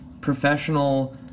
professional